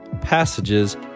passages